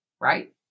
Right